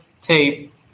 tape